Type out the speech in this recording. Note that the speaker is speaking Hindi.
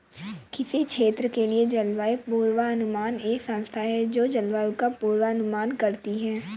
किसी क्षेत्र के लिए जलवायु पूर्वानुमान एक संस्था है जो जलवायु का पूर्वानुमान करती है